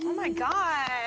my gosh.